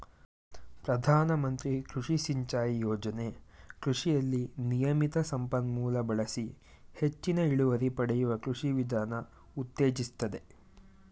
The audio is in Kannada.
ಪ್ರಧಾನಮಂತ್ರಿ ಕೃಷಿ ಸಿಂಚಾಯಿ ಯೋಜನೆ ಕೃಷಿಯಲ್ಲಿ ನಿಯಮಿತ ಸಂಪನ್ಮೂಲ ಬಳಸಿ ಹೆಚ್ಚಿನ ಇಳುವರಿ ಪಡೆಯುವ ಕೃಷಿ ವಿಧಾನ ಉತ್ತೇಜಿಸ್ತದೆ